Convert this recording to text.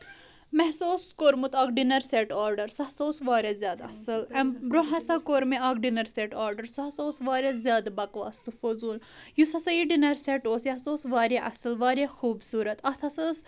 مےٚ سا اوس کوٚرمُت اکھ ڈِنر سیٚٹ آرڈر سُہ ہسا اوس واریاہ زیادٕ اَصٕل اَمہِ برۄنٛہہ ہسا کوٚر مےٚ اکھ ڈِنر سیٚٹ آرڈر سُہ ہسا اوس واریاہ زیادٕ بَکواس تہٕ فٔضوٗل یُس ہسا یہِ ڈِنر سیٚٹ اوس یہِ ہسا اوس واریاہ اَصٕل واریاہ خوٗبصوٗرَت اَتھ ہسا أسۍ